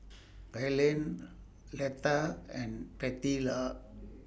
Gaylen Letta and Bettylou